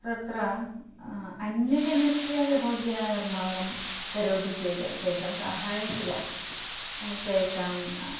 तत्र अन्यजनस्य गृहोद्याननिर्माणं करोति चेद् तेषां साहाय्यं किल तेषां